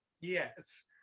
Yes